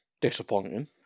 disappointing